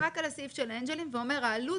רק על הסעיף של האנג'לים ואומר העלות